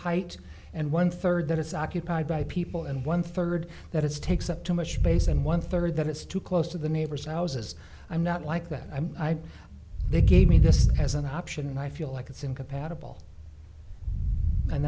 height and one third that it's occupied by people and one third that is takes up too much space and one third that it's too close to the neighbors houses i'm not like that i they gave me this as an option and i feel like it's incompatible and